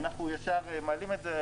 אנחנו ישר מעלים את זה.